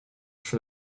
for